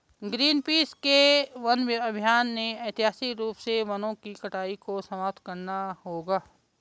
Greenpeace के वन अभियान ने ऐतिहासिक रूप से वनों की कटाई को समाप्त करना होगा